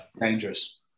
dangerous